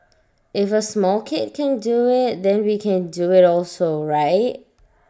if A small kid can do IT then we can do IT also right